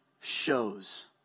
shows